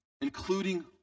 including